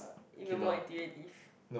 you mean more intuitive